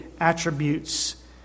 attributes